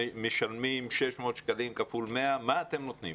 הם משלמים 600 ₪ כפול 100. מה אתם נותנים?